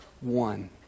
one